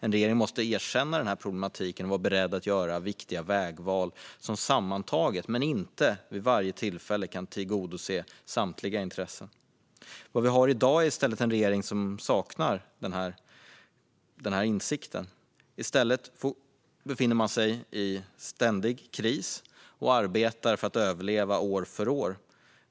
En regering måste erkänna denna problematik och vara beredd att göra viktiga vägval som sammantaget, men inte vid varje tillfälle, kan tillgodose samtliga intressen. Vad vi har i dag är i stället en regering som saknar denna insikt. I stället befinner man sig i ständig kris och arbetar för att överleva år för år.